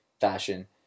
fashion